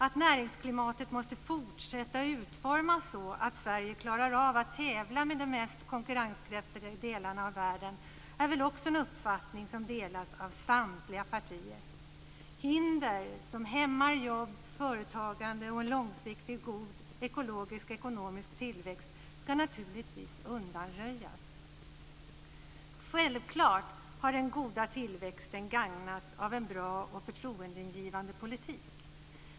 Att näringsklimatet måste fortsätta att utformas så att Sverige klarar av att tävla med de mest konkurrenskraftiga delarna av världen är väl också en uppfattning som delas av samtliga partier. Hinder som hämmar jobb, företagande och en långsiktigt god ekologisk och ekonomisk tillväxt ska naturligtvis undanröjas. Självklart har den goda tillväxten gagnats av en bra och förtroendeingivande politik.